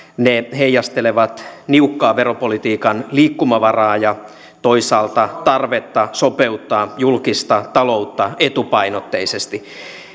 heijastelevat niukkaa veropolitiikan liikkumavaraa ja toisaalta tarvetta sopeuttaa julkista taloutta etupainotteisesti